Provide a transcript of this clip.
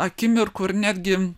akimirkų ir netgi